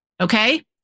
Okay